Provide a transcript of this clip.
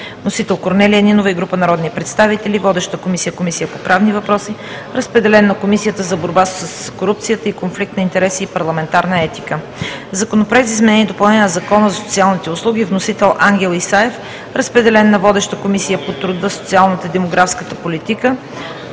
Вносители – Корнелия Нинова и група народни представители. Водеща е Комисията по правни въпроси. Разпределен е и на Комисията за борба с корупцията, конфликт на интереси и парламентарна етика. Законопроект за изменение и допълнение на Закона за социалните услуги. Вносител – Ангел Исаев. Водеща е Комисията по труда, социалната и демографската политика.